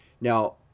Now